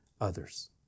others